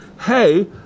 Hey